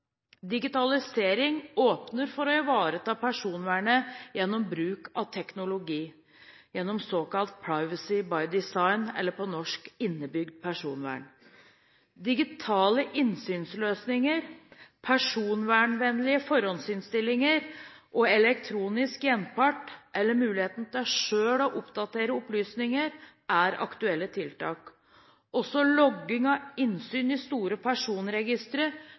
Digitalisering åpner for å ivareta personvernet gjennom bruk av teknologi, gjennom såkalt «Privacy by Design», eller på norsk: innebygd personvern. Digitale innsynsløsninger, personvernvennlige forhåndsinnstillinger og elektronisk gjenpart, eller mulighet til selv å oppdatere opplysninger, er aktuelle tiltak. Også logging av innsyn i store personregistre